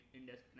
India's